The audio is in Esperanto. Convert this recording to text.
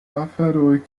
aferoj